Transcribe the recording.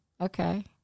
Okay